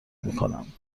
میکنم